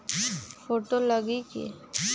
Photo लगी कि?